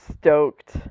stoked